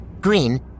Green